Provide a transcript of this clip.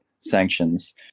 sanctions